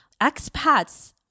expats